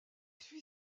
suit